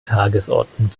tagesordnung